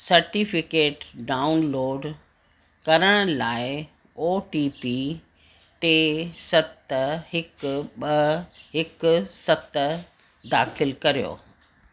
certificate download करण लाइ O T P टे सत हिकु ॿ हिकु सत दाख़िल कयो